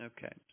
Okay